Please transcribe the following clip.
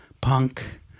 Punk